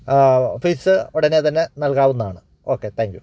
fees ഉടനെ തന്നെ നൽകാവുന്നാണ് ഓക്കെ താങ്ക് യൂ